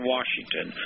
Washington